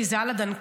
כי זה על הדנקל,